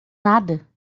nada